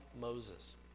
Moses